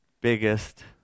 Biggest